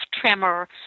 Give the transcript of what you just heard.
tremor